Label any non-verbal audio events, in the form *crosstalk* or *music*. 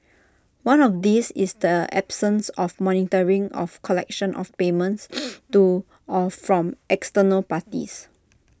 one of these is the absence of monitoring of collection of payments *noise* to or from external parties